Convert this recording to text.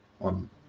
on